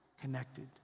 connected